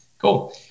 Cool